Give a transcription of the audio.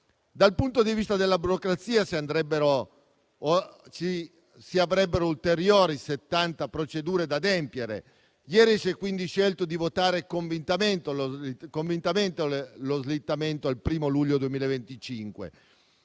Dal punto di vista della burocrazia, si avrebbero ulteriori 70 procedure da adempiere. Ieri si è quindi scelto di votare convintamente lo slittamento al 1° luglio 2025,